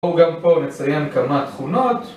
בואו גם פה נציין כמה תכונות